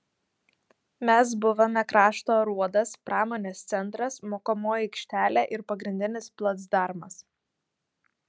mes buvome krašto aruodas pramonės centras mokomoji aikštelė ir pagrindinis placdarmas